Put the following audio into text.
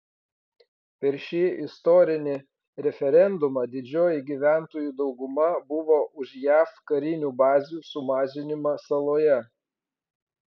per šį istorinį referendumą didžioji gyventojų dauguma buvo už jav karinių bazių sumažinimą saloje